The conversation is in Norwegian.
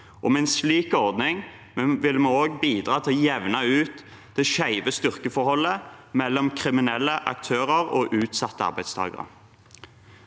Med en slik ordning vil vi også bidra til å jevne ut det skjeve styrkeforholdet mellom kriminelle aktører og utsatte arbeidstakere.